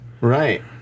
Right